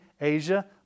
Asia